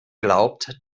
glaubt